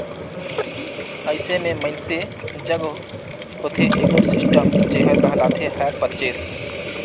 अइसे में मइनसे जग होथे एगोट सिस्टम जेहर कहलाथे हायर परचेस